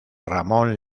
ramón